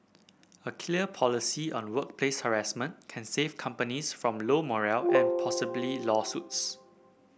a clear policy on workplace harassment can save companies from low morale and possibly lawsuits